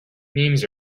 memes